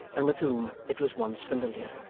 and with whom it was once familiar.